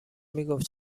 میگفت